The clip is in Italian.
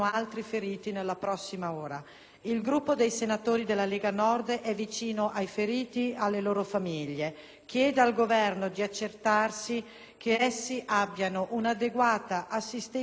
Il Gruppo dei senatori della Lega Nord è vicino ai feriti ed alle loro famiglie e chiede al Governo di accertarsi che abbiano un'adeguata assistenza sanitaria, e non solo.